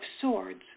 Swords